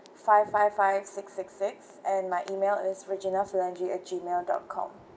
five five five six six six and my email is regina phalange at gmail dot com